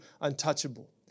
untouchable